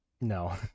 No